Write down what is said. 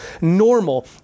normal